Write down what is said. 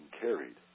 carried